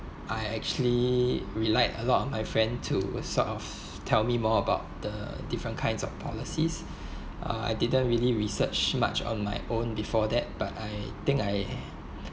I actually relied a lot of my friend to sort of tell me more about the different kinds of policies uh I didn't really research much on my own before that but I think I